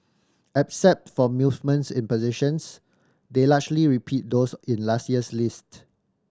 except for movements in positions they largely repeat those in last year's list